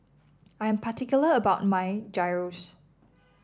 I am particular about my Gyros